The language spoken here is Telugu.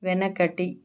వెనకటి